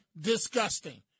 disgusting